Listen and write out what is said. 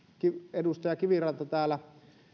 edustaja kiviranta täällä